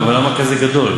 למה כזה מונומנט?